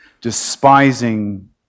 despising